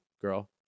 girl